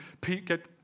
get